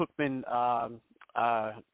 Cookman